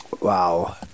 Wow